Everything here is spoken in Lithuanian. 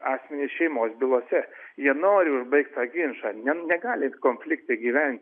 asmenys šeimos bylose jie nori užbaigt tą ginčą ne negali konflikte gyventi